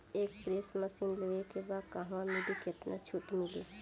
एक spray machine लेवे के बा कहवा मिली केतना छूट मिली?